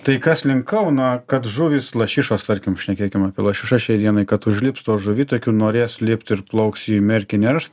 tai kas link kauno kad žuvys lašišos tarkim šnekėkim apie lašišas šiai dienai kad užlips tuo žuvitakiu norės lipt ir plauks į merkį ners